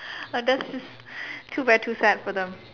but that is two by two sides for them